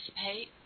participate